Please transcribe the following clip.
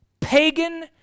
pagan